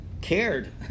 cared